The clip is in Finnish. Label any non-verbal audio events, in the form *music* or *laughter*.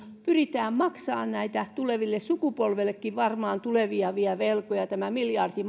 pyritään maksamaan näitä tulevillekin sukupolville varmaan tulevia velkoja tämä miljardi *unintelligible*